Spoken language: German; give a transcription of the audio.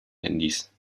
handys